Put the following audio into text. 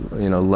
you know,